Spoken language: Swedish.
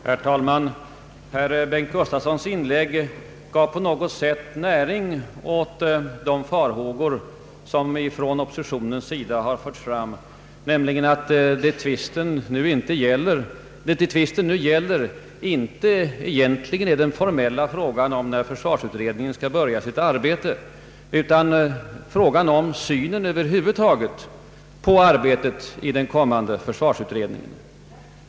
Herr talman! Herr Bengt Gustavssons inlägg gav delvis näring åt de farhågor som förts fram från oppositionens sida, nämligen att tvisten egentligen inte gäller den formella frågan om när försvarsutredningen skall börja sitt arbete utan frågan om hur arbetet över huvud taget skall bedrivas i den kommande försvarsutredningen.